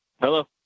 Hello